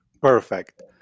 Perfect